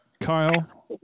Kyle